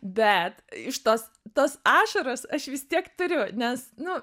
bet iš tos tos ašaros aš vis tiek turiu nes nu